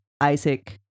Isaac